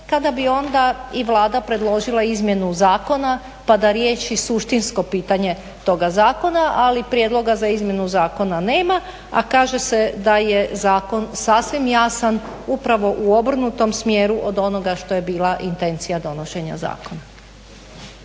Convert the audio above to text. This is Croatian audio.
kada bi onda i Vlada predložila izmjenu zakona pa da riješi suštinsko pitanje toga zakona ali prijedloga za izmjenu zakona nema, a kaže se da je zakon sasvim jasno upravo u obrnutom smjeru od onoga što je bila intencija donošenja zakona.